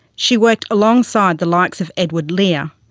she worked alongside the likes of edward lear,